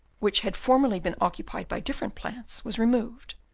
which had formerly been occupied by different plants, was removed,